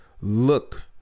look